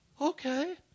okay